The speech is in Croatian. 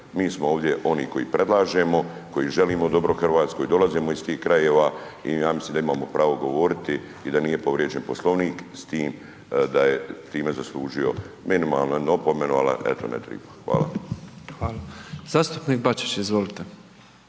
Mi smo ovdje oni koji predlažemo, koji želimo dobro Hrvatskoj, dolazimo iz tih krajeva i ja mislim da imamo pravo govoriti i da nije povrijeđen Poslovnik s tim da je tim zaslužio minimalno jednu opomenu ali eto, ne treba, hvala. **Petrov, Božo (MOST)** Hvala. Zastupnik Bačić, izvolite.